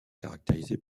caractérisées